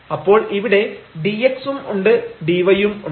അപ്പോൾ ഇവിടെ dx ഉം ഉണ്ട് dy ഉം ഉണ്ട്